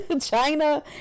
China